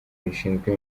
rishinzwe